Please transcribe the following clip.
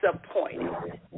disappointed